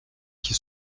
qui